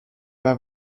pas